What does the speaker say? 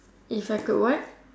if I could what